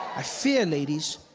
i fear ladies.